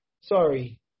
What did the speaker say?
Sorry